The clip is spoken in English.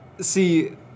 See